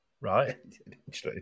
Right